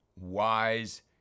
wise